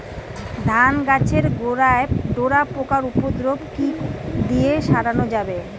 ধান গাছের গোড়ায় ডোরা পোকার উপদ্রব কি দিয়ে সারানো যাবে?